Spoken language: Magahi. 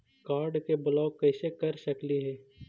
कार्ड के ब्लॉक कैसे कर सकली हे?